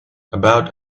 about